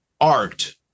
art